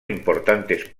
importantes